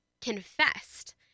confessed